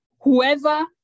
whoever